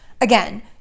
again